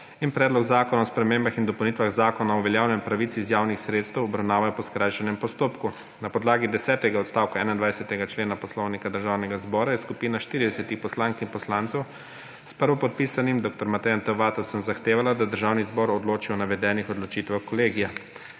in Predlog zakona o spremembah in dopolnitvah Zakona o uveljavljanju pravic iz javnih sredstev obravnavajo po skrajšanem postopku. Na podlagi desetega odstavka 21. člena Poslovnika Državnega zbora je skupina 40 poslank in poslancev s prvopodpisanim dr. Matejem T. Vatovcem zahtevala, da Državni zbor odloči o navedenih odločitvah kolegija.